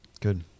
Good